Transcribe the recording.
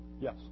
Yes